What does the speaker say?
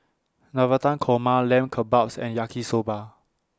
Navratan Korma Lamb Kebabs and Yaki Soba